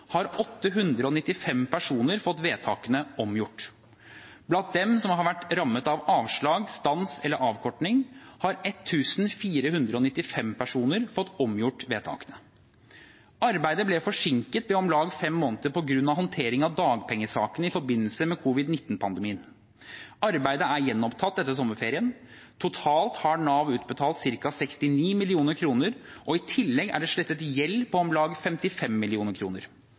har 895 personer fått vedtakene omgjort. Blant dem som har vært rammet av avslag, stans eller avkorting, har 1 495 personer fått omgjort vedtakene. Arbeidet ble forsinket med om lag fem måneder på grunn av håndteringen av dagpengesakene i forbindelse med covid-19-pandemien. Arbeidet er gjenopptatt etter sommerferien. Totalt har Nav utbetalt ca. 69 mill. kr, og i tillegg er det slettet gjeld på om lag 55